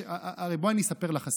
בואי אני אספר לך,